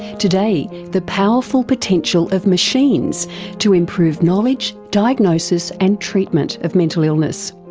today, the powerful potential of machines to improve knowledge, diagnosis and treatment of mental illness.